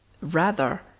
Rather